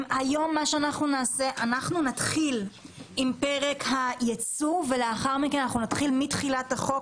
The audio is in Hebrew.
היום אנחנו נתחיל עם פרק הייצוא ולאחר מכן אנחנו נלך לתחילת החוק,